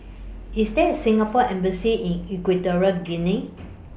IS There A Singapore Embassy in Equatorial Guinea